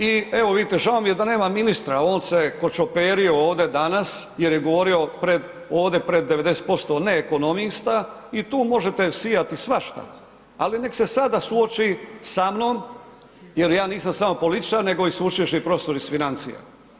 I evo vidite, žao mi je da nema ministra, on se kočoperio ovdje danas jer je govorio ovdje pred 90% ne ekonomista i tu možete sijati svašta ali neka se sada suoči samnom, jer ja nisam samo političar nego i sveučilišni profesor iz financija.